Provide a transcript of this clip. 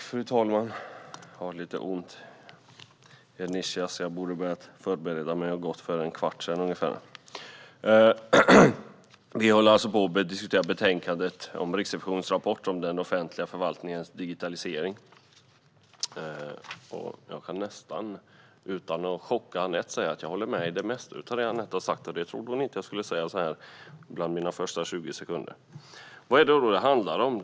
Fru talman! Vi diskuterar alltså betänkandet om Riksrevisionens rapport om den offentliga förvaltningens digitalisering. Jag kan nästan utan att chocka Anette säga att jag håller med om det mesta som Anette har sagt. Det trodde hon inte att jag skulle säga under de första 20 sekunderna av mitt anförande. Vad är det då det handlar om?